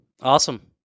Awesome